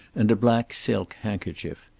and a black silk handkerchief.